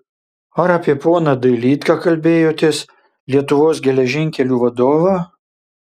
ar apie poną dailydką kalbėjotės lietuvos geležinkelių vadovą